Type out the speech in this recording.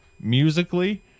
musically